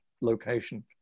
location